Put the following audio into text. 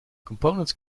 components